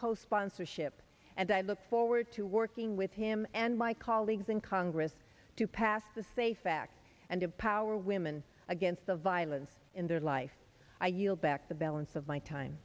co sponsorship and i look forward to working with him and my colleagues in congress to pass the safe facts and empower women against the violence in their life i yield back the balance of my time